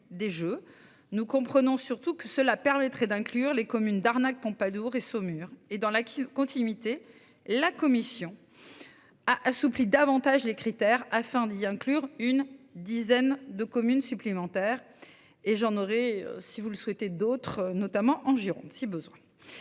Nous comprenons surtout que cela permettrait d'inclure les communes d'arnaque Pompadour et Saumur et dans la continuité. La commission. A assoupli davantage les critères afin d'y inclure une dizaine de communes supplémentaires, et j'en aurai si vous le souhaitez, d'autres, notamment en Gironde, si besoin.